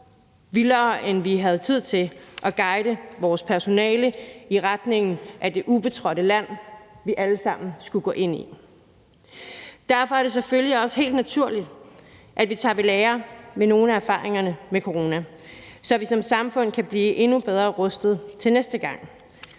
borgerne eller til at guide vores personale i retning af det ubetrådte land, vi alle sammen skulle gå ind i. Derfor er det selvfølgelig også helt naturligt, at vi tager ved lære af nogle af erfaringerne med corona, så vi som samfund kan blive endnu bedre rustet til næste gang,